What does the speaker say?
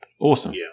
awesome